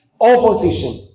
opposition